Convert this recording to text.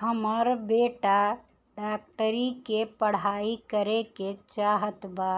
हमर बेटा डाक्टरी के पढ़ाई करेके चाहत बा